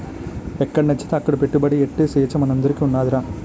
ఎక్కడనచ్చితే అక్కడ పెట్టుబడి ఎట్టే సేచ్చ మనందరికీ ఉన్నాదిరా